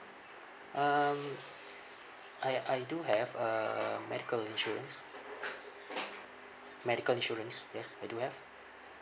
um I I do have a medical insurance medical insurance yes I do have